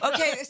Okay